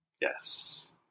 Yes